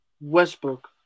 Westbrook